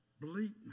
bleakness